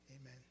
Amen